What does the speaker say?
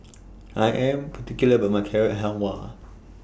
I Am particular about My Carrot Halwa